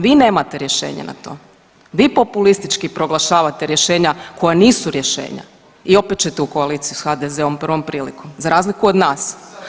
Vi nemate rješenje na to, vi populistički proglašavate rješenja koja nisu rješenja i opet ćete u koaliciju s HDZ-om prvom prilikom za razliku od nas.